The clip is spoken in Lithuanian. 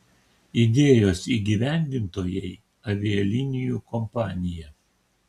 idėjos įgyvendintojai avialinijų kompanija